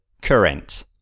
current